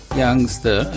youngster